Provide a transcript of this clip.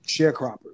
sharecroppers